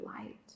light